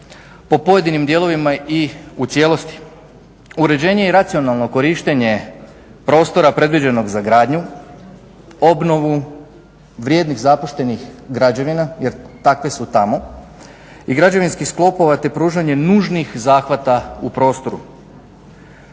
po pojedinim dijelovima i u cijelosti, uređenje i racionalno korištenje prostora predviđenog za gradnju, obnovu vrijednih zapuštenih građevina jer takve su tamo i građevinskih sklopova te pružanja nužnih zahvata u prostoru.